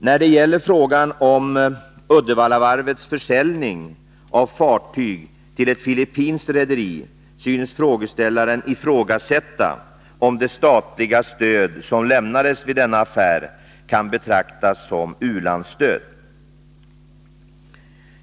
När det gäller frågan om Uddevallavarvets försäljning av fartyg till ett filippinskt rederi synes frågeställaren ifrågasätta om det statliga stöd som lämnades vid denna affär kan betraktas som u-landsstöd.